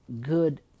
good